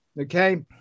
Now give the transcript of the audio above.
Okay